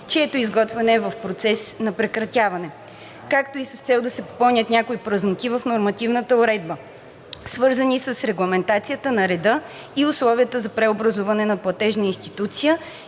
чието изготвяне е в процес на прекратяване, както и с цел да се попълнят някои празноти в нормативната уредба, свързани с регламентацията на реда и условията за преобразуване на платежна институция